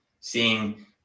seeing